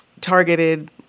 targeted